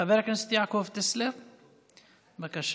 חבר הכנסת יעקב טסלר, שלוש דקות.